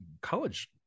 college